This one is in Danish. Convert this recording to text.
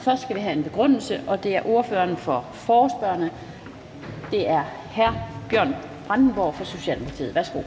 Først skal vi have en begrundelse, og det er ordføreren for forespørgerne, hr. Bjørn Brandenborg fra Socialdemokratiet. Værsgo.